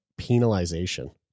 penalization